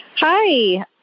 Hi